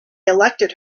elected